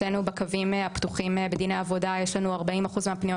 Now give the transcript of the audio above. אצלנו בקווים הפתוחים בדיני עבודה 40% מהפניות